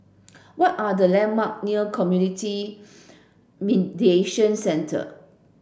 what are the landmark near Community Mediation Centre